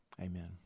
Amen